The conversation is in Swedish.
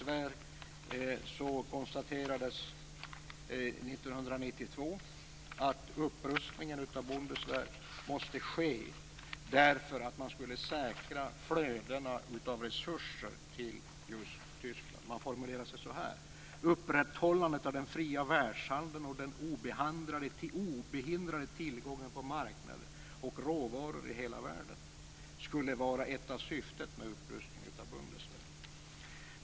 I Tyskland konstaterade man 1992 att en upprustning av Bundeswehr måste ske därför att man skulle säkra flödena av resurser till just Tyskland. Man formulerade sig som att "upprätthållandet av den fria världshandeln och den obehindrade tillgången på marknader och råvaror i hela världen" skulle vara ett av syftena med upprustningen av Bundeswehr.